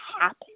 happen